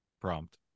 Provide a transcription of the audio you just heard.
prompt